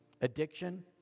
addiction